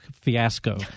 fiasco